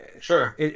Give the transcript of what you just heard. Sure